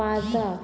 पाजा